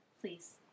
please